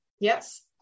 Yes